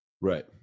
Right